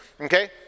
Okay